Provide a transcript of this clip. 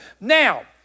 Now